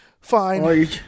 fine